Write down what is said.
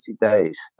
days